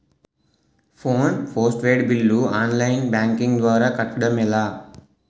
Phone postpaid bill online banking ద్వారా కట్టడం ఎలా?